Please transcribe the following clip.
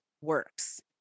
works